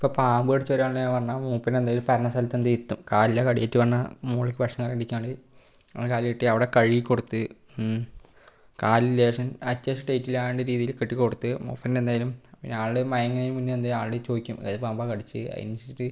ഇപ്പോൾ പാമ്പ് കടിച്ച ഒരാളെ എന്ന് പറഞ്ഞു കഴിഞ്ഞാൽ മൂപ്പൻ എന്ത് ചെയ്യും പരന്ന സ്ഥലത്ത് എന്തു ചെയ്യും ഇരുത്തും കാലിൽ കടിയേറ്റു പറഞ്ഞാൽ മുകളിലേക്ക് വിഷം കയറാതിരിക്കാണ്ട് കാല് കെട്ടി അവിടെ കഴുകി കൊടുത്ത് കാലിൽ ലേശം അത്യാവശ്യം ടൈറ്റില്ലാത്ത രീതിയിൽ കെട്ടിക്കൊടുത്ത് മൂപ്പൻ എന്തെങ്കിലും ആൾ മയങ്ങും മുൻപേ എന്ത് ആൾ ചോദിക്കും ഏത് പാമ്പാണ് കടിച്ചത് അതിനനുസരിച്ചിട്ട്